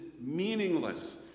meaningless